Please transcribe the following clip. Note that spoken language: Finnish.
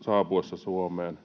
saapuessa Suomeen